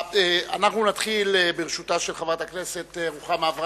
מאת חבר הכנסת אריה ביבי,